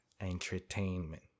Entertainment